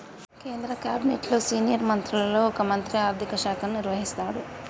కేంద్ర క్యాబినెట్లో సీనియర్ మంత్రులలో ఒక మంత్రి ఆర్థిక శాఖను నిర్వహిస్తాడు